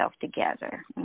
together